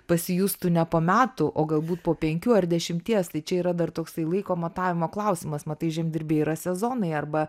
pasijustų ne po metų o galbūt po penkių ar dešimties tai čia yra dar toksai laiko matavimo klausimas matai žemdirbiai yra sezonai arba